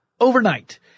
overnight